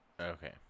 Okay